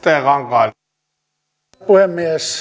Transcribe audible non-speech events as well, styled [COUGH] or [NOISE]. herra puhemies [UNINTELLIGIBLE]